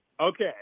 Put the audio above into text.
Okay